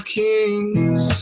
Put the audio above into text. kings